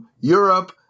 Europe